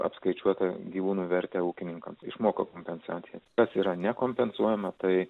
apskaičiuota gyvūnų vertė ūkininkams išmoka kompensacijas bet yra nekompensuojama tai